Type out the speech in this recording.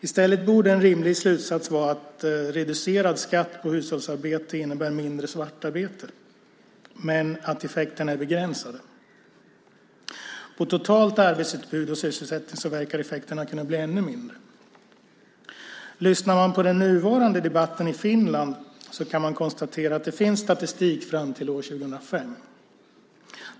I stället borde en rimlig slutsats vara att reducerad skatt på hushållsarbete innebär mindre svartarbete men att effekterna är begränsade. Sett totalt till arbete och sysselsättning verkar effekterna kunna bli ännu mindre. Lyssnar man på den nuvarande debatten i Finland kan man konstatera att det finns statistik fram till år 2005.